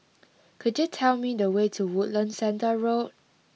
could you tell me the way to Woodlands Centre Road